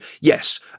yes